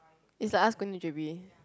it's like us going to J_B